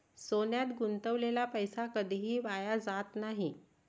सोन्यात गुंतवलेला पैसा कधीही वाया जात नाही